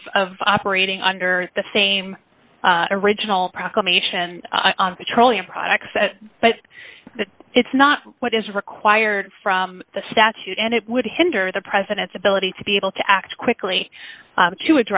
of operating under the same original proclamation on petroleum products that but it's not what is required from the statute and it would hinder the president's ability to be able to act quickly